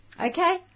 Okay